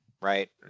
Right